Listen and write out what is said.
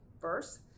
First